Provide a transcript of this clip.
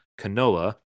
Canola